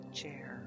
chair